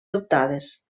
adoptades